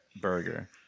burger